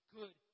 good